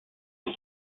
est